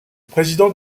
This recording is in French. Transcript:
président